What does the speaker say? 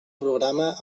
programa